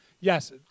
Yes